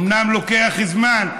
אומנם לוקח זמן,